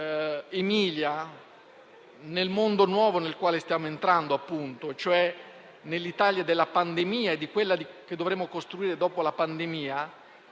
Grazie